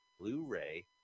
Blu-ray